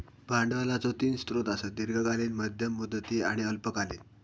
भांडवलाचो तीन स्रोत आसत, दीर्घकालीन, मध्यम मुदती आणि अल्पकालीन